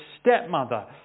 stepmother